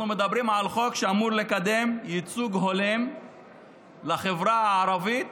אנחנו מדברים על חוק שאמור לקדם ייצוג הולם לחברה הערבית